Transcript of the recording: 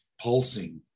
pulsing